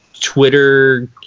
Twitter